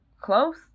close